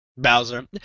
Bowser